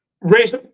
raise –